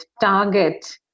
Target